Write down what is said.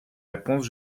réponses